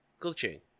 glitching